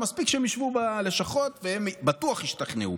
מספיק שהם ישבו בלשכות, והם בטוח ישתכנעו.